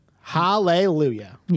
Hallelujah